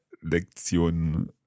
Lektion